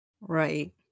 right